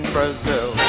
Brazil